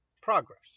progress